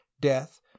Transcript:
death